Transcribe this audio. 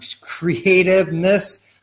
creativeness